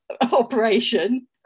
operation